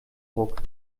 ruck